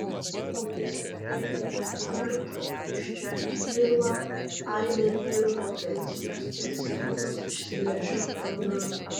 o jis ir taip netvirtas iš čia kyla aibė vyrų potencijos ir sėklos išsiveržimo problemų